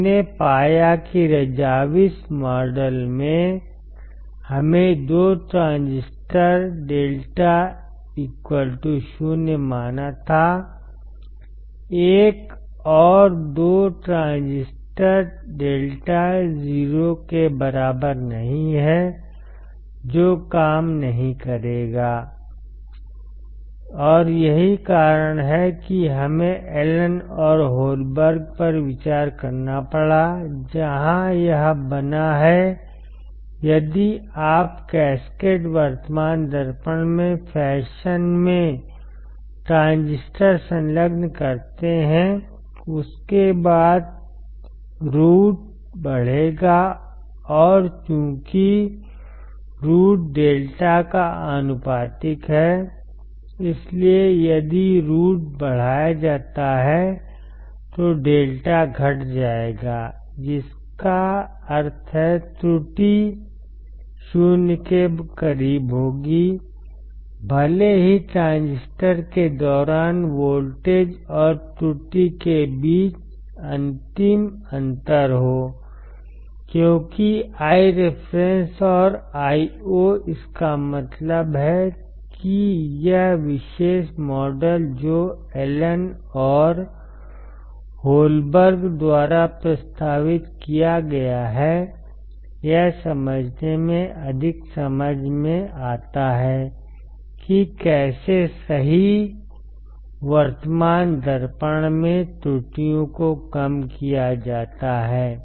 हमने पाया कि रज़ाविस मॉडल में हमें 2 ट्रांजिस्टर λ 0 मानना था एक और 2 ट्रांजिस्टर λ 0 के बराबर नहीं है जो काम नहीं करेगा और यही कारण है कि हमें एलन और हॉलबर्ग पर विचार करना पड़ा जहां यह बना है यदि आप कैस्केड वर्तमान दर्पण में फैशन में ट्रांजिस्टर संलग्न करते हैं उसके बाद ROUT बढ़ेगा और चूंकि ROUT λ का आनुपातिक है इसीलिए यदि ROUT बढ़ाया जाता है तो λ घट जाएगा जिसका अर्थ है त्रुटि 0 के करीब होगी भले ही ट्रांजिस्टर के दौरान वोल्टेज और त्रुटि के बीच अंतिम अंतर हो क्योंकि Ireference और Io इसका मतलब है कि यह विशेष मॉडल जो एलन और होलबर्ग द्वारा प्रस्तावित किया गया है यह समझने में अधिक समझ में आता है कि कैसे सही वर्तमान दर्पण में त्रुटियों को कम किया जाता है